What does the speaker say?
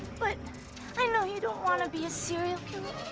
but i know you don't wanna be a serial killer.